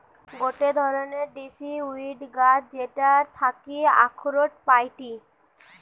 গটে ধরণের ডিসিডিউস গাছ যেটার থাকি আখরোট পাইটি